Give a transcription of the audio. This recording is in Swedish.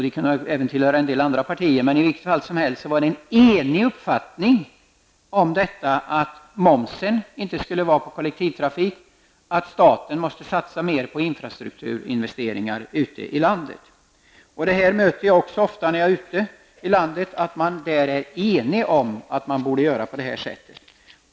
De kunde även ha tillhört en del andra partier, men i vilket fall som helst var det en enig uppfattning att det inte skulle vara någon moms på kollektivtrafik och att staten måste satsa mer på investeringar i infrastruktur ute i landet. När jag är ute i landet möter jag ofta den inställningen. Det finns en enighet om att man borde göra på det här sättet.